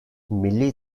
milli